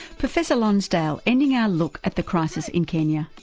professor lonsdale, ending our look at the crisis in kenya.